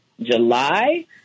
July